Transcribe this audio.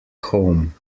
home